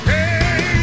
Hey